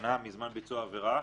שנה מזמן ביצוע העבירה,